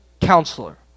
Counselor